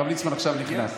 הרב ליצמן נכנס עכשיו.